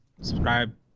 subscribe